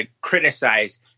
criticize